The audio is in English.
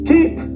Keep